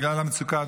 בגלל המצוקה,